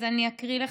אז אני אקרא לך,